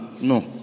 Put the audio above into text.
No